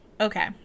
Okay